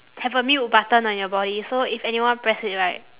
have a mute button on your body so if anyone press it right